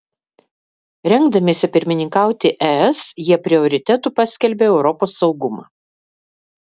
rengdamiesi pirmininkauti es jie prioritetu paskelbė europos saugumą